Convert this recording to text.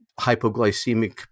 hypoglycemic